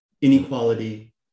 inequality